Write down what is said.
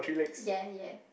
ya ya